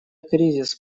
кризис